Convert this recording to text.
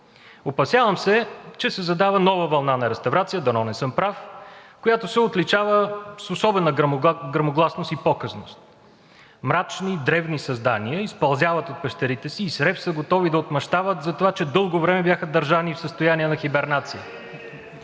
Опасявам се, че се задава нова вълна на реставрация, дано не съм прав, която се отличава с особена гръмогласност и показност – мрачни и древни създания изпълзяват от пещерите си и с рев са готови да отмъщават затова, че дълго време бяха държани в състояние на хибернация.